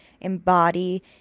embody